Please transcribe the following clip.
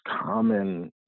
common